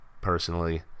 personally